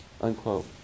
unquote